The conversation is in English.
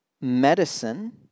medicine